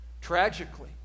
Tragically